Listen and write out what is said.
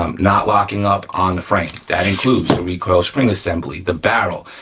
um not locking up on the frame. that includes the recoil string assembly, the barrel,